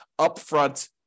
upfront